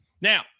Now